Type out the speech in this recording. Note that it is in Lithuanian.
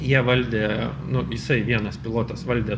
jie valdė nu jisai vienas pilotas valdė